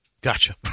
gotcha